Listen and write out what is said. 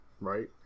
right